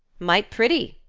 might pretty!